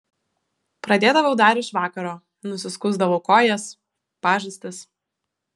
pradėdavau dar iš vakaro nusiskusdavau kojas pažastis